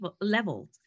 level